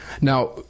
Now